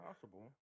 possible